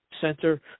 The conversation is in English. center